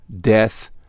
death